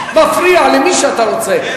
מפריע למי שאתה רוצה,